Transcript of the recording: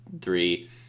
three